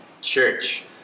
Church